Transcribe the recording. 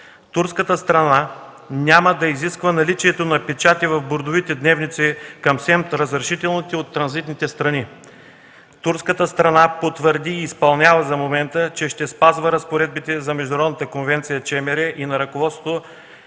Турската страна няма да изисква наличието на печати в бордовите дневници към СЕМТ разрешителните от транзитните страни. Турската страна потвърди, и изпълнява за момента, че ще спазва разпоредбите на Международната